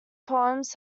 poems